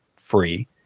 free